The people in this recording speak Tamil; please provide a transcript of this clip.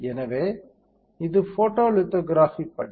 எனவே இது போட்டோலிதோகிராஃபி படி